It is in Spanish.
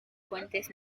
fuentes